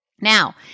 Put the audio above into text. Now